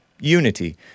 Unity